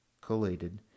collated